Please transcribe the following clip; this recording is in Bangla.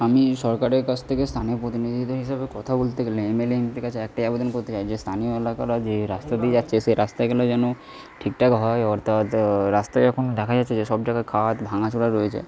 আমি এই সরকারের কাছ থেকে স্থানীয় প্রতিনিধিদের হিসাবে কথা বলতে গেলে এমএলএ এম পির কাছে একটাই আবেদন করতে চাই যে স্থানীয় লোকেরা যে রাস্তা দিয়ে যাচ্ছে সেই রাস্তাগুলি যেন ঠিকঠাক হয় অর্থাৎ রাস্তায় এরকম দেখা যাচ্ছে যে সব জায়গায় খাদ ভাঙাচোরা রয়েছে